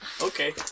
okay